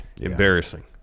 Embarrassing